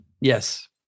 Yes